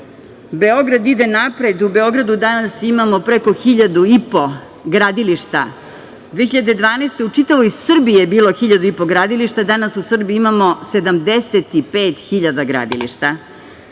sat. Beograd ide napred. U Beogradu danas imamo preko 1.500 gradilišta. Godine 2012. u čitavoj Srbiji je bilo 1.500 gradilišta, danas u Srbiji imamo 75.000 gradilišta. Da